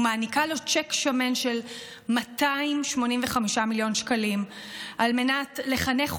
ומעניקה לו צ'ק שמן של 285 מיליון שקלים על מנת לחנך